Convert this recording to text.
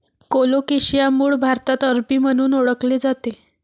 colocasia मूळ भारतात अरबी म्हणून ओळखले जाते